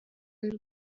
y’u